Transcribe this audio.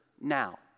now